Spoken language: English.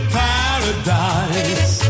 paradise